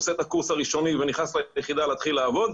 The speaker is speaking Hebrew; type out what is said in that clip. עושה את הקורס הראשוני ונכנס ליחידה ומתחיל לעבוד,